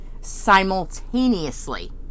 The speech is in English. simultaneously